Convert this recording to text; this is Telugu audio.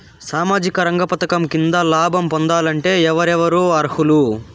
సామాజిక రంగ పథకం కింద లాభం పొందాలంటే ఎవరెవరు అర్హులు?